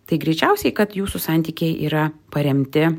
tai greičiausiai kad jūsų santykiai yra paremti